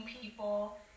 people